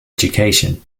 education